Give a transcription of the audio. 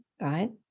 right